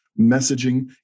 messaging